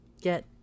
get